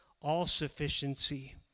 all-sufficiency